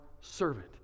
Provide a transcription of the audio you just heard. servant